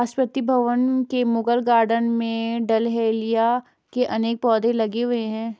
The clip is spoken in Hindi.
राष्ट्रपति भवन के मुगल गार्डन में डहेलिया के अनेक पौधे लगे हुए हैं